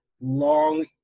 long